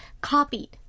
copied